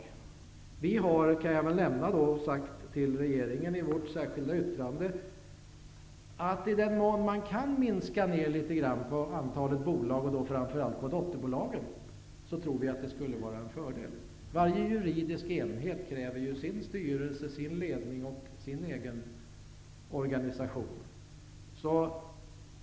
Vi har i vårt särskilda yttrande sagt att i den mån man kan minska antalet bolag, framför allt dotterbolag, tror vi att det skulle vara en fördel. Varje juridisk enhet kräver ju sin styrelse, ledning och organisation.